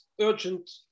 urgent